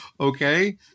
Okay